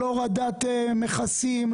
לא הורדת מכסים,